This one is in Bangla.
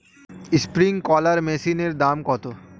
স্প্রিংকলার মেশিনের দাম কত?